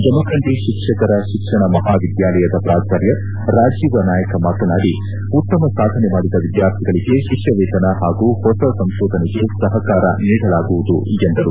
ಜಮಖಂಡಿ ಶಿಕ್ಷಕರ ಶಿಕ್ಷಣ ಮಹಾವಿದ್ಯಾಲಯದ ಪ್ರಾಚಾರ್ಯ ರಾಜೀವ ನಾಯಕ ಮಾತನಾಡಿ ಉತ್ತಮ ಸಾಧನೆ ಮಾಡಿದ ವಿದ್ವಾರ್ಥಿಗಳಿಗೆ ಶಿಷ್ಟವೇತನ ಹಾಗೂ ಹೊಸ ಸಂಶೋಧನೆಗೆ ಸಹಕಾರ ನೀಡಲಾಗುವುದು ಎಂದರು